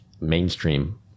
mainstream